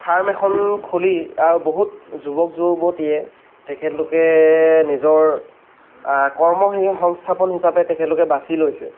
farm এখন খুলি ইয়াৰ বহুত যুৱক যুৱতীয়ে তেখেতলোকে নিজৰ কৰ্মসংস্থাপন হিচাপে তেখেতলোকে বাছি লৈছে